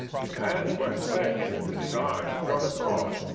his hands were clenched and his arms thrown abroad,